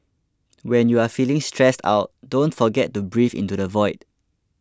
when you are feeling stressed out don't forget to breathe into the void